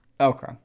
okay